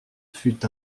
fut